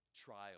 Trial